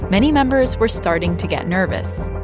many members were starting to get nervous.